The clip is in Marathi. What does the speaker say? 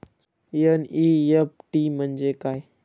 एन.इ.एफ.टी म्हणजे काय?